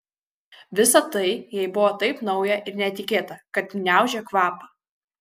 visa tai jai buvo taip nauja ir netikėta kad gniaužė kvapą